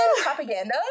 propaganda